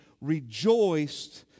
rejoiced